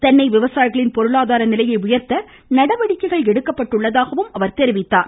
தென்னை விவசாயிகளின் பொருளாதார நிலையை உயர்த்த நடவடிக்கை எடுக்கப்பட்டுள்ளதாகவும் கூறினார்